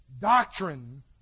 doctrine